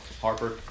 Harper